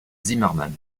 zimmerman